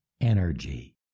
energy